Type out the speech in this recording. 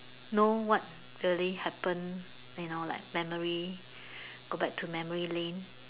know what really happen you know like memory go back to memory lane